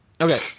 okay